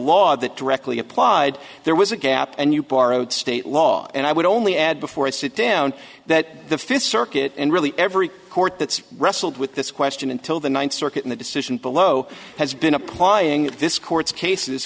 law that directly applied there was a gap and you borrowed state law and i would only add before i sit down that the fifth circuit and really every court that's wrestled with this question until the ninth circuit in the decision below has been applying this court's cases